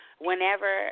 whenever